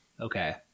Okay